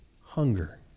hunger